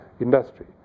industry